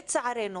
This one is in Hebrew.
לצערנו,